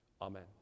Amen